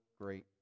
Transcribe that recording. great